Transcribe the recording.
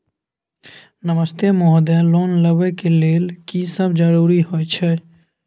नमस्ते महोदय, लोन लेबै के लेल की सब जरुरी होय छै?